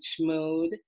mode